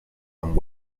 and